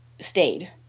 stayed